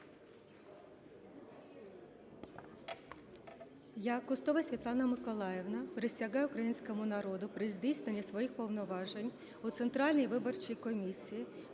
Я, Шипілов Леонтій Миколайович, присягаю українському народу при здійсненні своїх повноважень у Центральній виборчій комісії